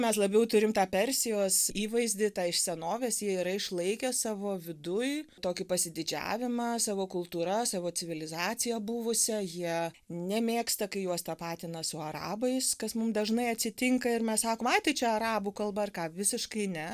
mes labiau turim tą persijos įvaizdį tą iš senovės jie yra išlaikę savo viduj tokį pasididžiavimą savo kultūra savo civilizacija buvusia jie nemėgsta kai juos tapatina su arabais kas mum dažnai atsitinka ir mes sakom ai tai čia arabų kalba ar ką visiškai ne